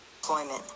Employment